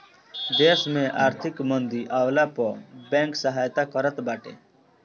देस में आर्थिक मंदी आवला पअ बैंक सहायता करत बाटे